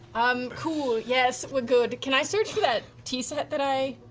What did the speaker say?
um cool, yes, we're good. can i search for that tea set that i